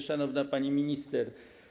Szanowna Pani Minister!